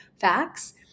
facts